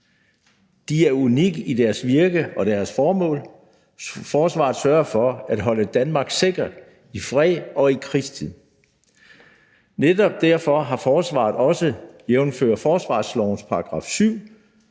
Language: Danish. De er unikke i deres virke og deres formål. Forsvaret sørger for at holde Danmark sikkert i freds- og i krigstid. Netop derfor har forsvaret også jævnfør forsvarslovens § 7